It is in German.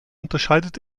unterscheidet